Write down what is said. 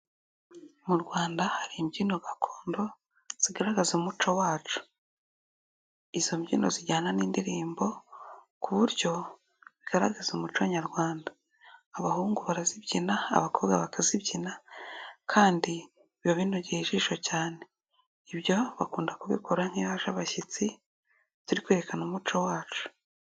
Mu Rwanda hari imbyino gakondo zigaragaza umuco wacu .Izo mbyino zijyana n'indirimbo ku buryo bigaragaza umuco nyarwanda .Abahungu barazibyina, abakobwa bakazibyina kandi biba binogeye ijisho cyane. Ibyo bakunda kubikora nk'iyo haje abashyitsi turi kwerekana umuco wacu.